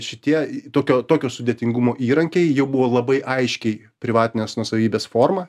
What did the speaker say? šitie tokio tokio sudėtingumo įrankiai jie buvo labai aiškiai privatinės nuosavybės forma